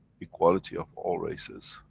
equality of all races,